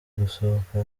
gusohoka